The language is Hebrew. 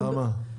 למה?